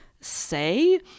say